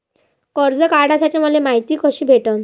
कर्ज काढासाठी मले मायती कशी भेटन?